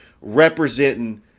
representing